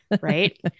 Right